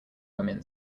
women